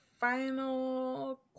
final